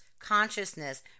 Consciousness